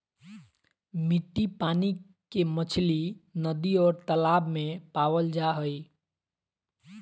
मिट्ठा पानी के मछली नदि और तालाब में पावल जा हइ